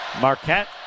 Marquette